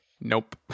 nope